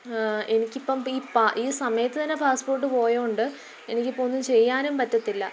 എനിക്കിപ്പം ഈ പാ ഈ സമയത്തുതന്നെ പാസ്പോർട്ട് പോയതുകൊണ്ട് എനിക്കിപ്പം ഒന്നും ചെയ്യാനും പറ്റില്ല